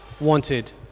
wanted